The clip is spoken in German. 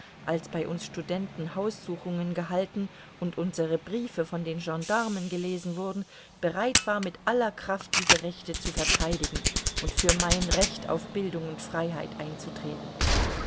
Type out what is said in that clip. als bei uns studenten haussuchungen gehalten und unsere briefe von den gendarmen gelesen wurden bereit war mit aller kraft diese rechte zu verteidigen und für mein recht auf bildung und freiheit einzutreten